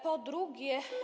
Po drugie.